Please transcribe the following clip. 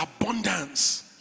abundance